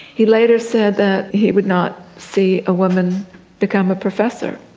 he later said that he would not see a woman become a professor.